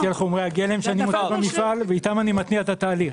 חומרי הגלם שאיתם אני מתניע את התהליך.